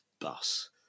bus